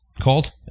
called